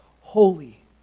holy